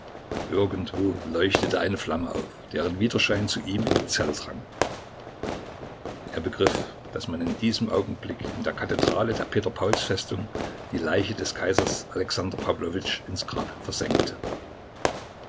irgendwo leuchtete eine flamme auf deren widerschein zu ihm in die zelle drang er begriff daß man in diesem augenblick in der kathedrale der peter pauls festung die leiche des kaisers alexander pawlowitsch ins grab versenkte